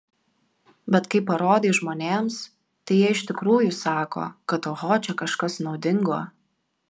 bet kai parodai žmonėms tai jie iš tikrųjų sako kad oho čia kažkas naudingo